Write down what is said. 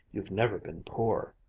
you've never been poor.